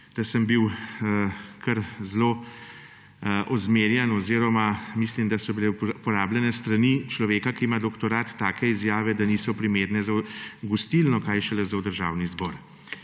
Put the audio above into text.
da sem bil kar zelo ozmerjan oziroma mislim, da so bile uporabljene s strani človeka, ki ima doktorat, take izjave, da niso primerne za v gostilno, kaj šele za v državni zbor.